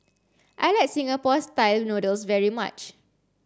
I like Singapore style noodles very much